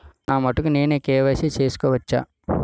నా మటుకు నేనే కే.వై.సీ చేసుకోవచ్చా?